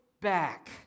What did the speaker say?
Back